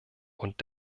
und